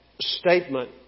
statement